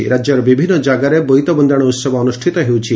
ରାକ୍ୟର ବିଭିନ୍ନ ଜାଗାରେ ବୋଇତ ବନ୍ଦାଣ ଉସବ ଅନୁଷିତ ହେଉଛି